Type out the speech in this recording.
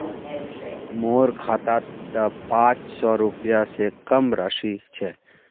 मोर खातात त पांच सौ रुपए स कम राशि छ